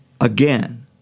again